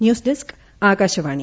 news desk Akashvani